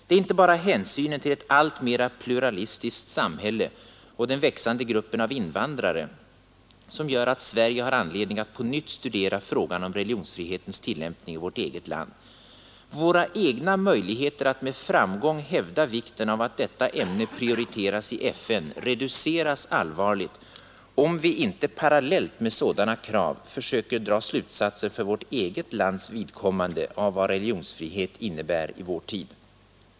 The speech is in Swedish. Det är inte bara hänsynen till ett alltmera pluralistiskt samhälle och den växande gruppen av invandrare som gör att Sverige har anledning att på nytt studera frågan om religionsfrihetens tillämpning i vårt eget land. Våra egna möjligheter att med framgång hävda vikten av att detta ämne prioriteras i FN reduceras allvarligt, om vi inte parallellt med sådana krav försöker dra slutsatser för vårt eget lands vidkommande av vad religionsfrihet innebär i vår tid.